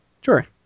sure